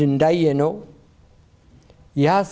didn't die you know yeah